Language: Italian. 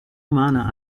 umana